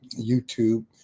YouTube